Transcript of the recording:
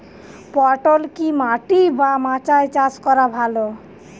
পটল কি মাটি বা মাচায় চাষ করা ভালো?